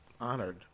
honored